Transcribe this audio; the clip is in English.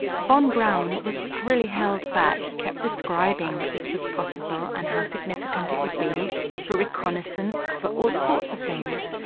von braun was really held back. he kept describing that this was possible and how significant it would be for reconnaissance, for all sorts of things.